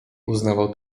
uznawał